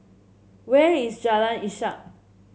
where is Jalan Ishak